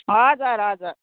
हजुर हजुर